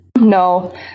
No